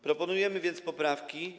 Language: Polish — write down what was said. Proponujemy więc poprawki.